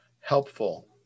helpful